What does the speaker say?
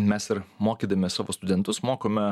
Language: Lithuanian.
mes ir mokydami savo studentus mokome